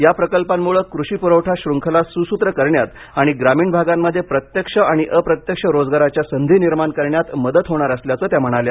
या प्रकल्पांमुळे कृषी पुरवठा श्रुंखला सुसूत्र करण्यात आणि ग्रामीण भागांमध्ये प्रत्यक्ष आणि अप्रत्यक्ष रोजगाराच्या संधी निर्माण करण्यात मदत होणार असल्याचं त्या म्हणाल्या